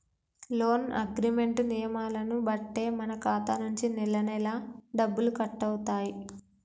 loan agreement నియమాలను బట్టే మన ఖాతా నుంచి నెలనెలా డబ్బులు కట్టవుతాయి